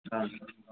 ꯑ